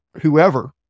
whoever